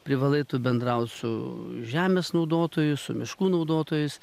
privalai tu bendraut su žemės naudotoju su miškų naudotojais